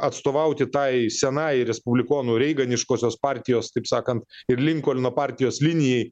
atstovauti tai senai respublikonų reiganiškosios partijos taip sakant ir linkolno partijos linijai